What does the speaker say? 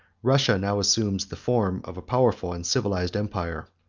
russia now assumes the form of a powerful and civilized empire.